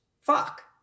fuck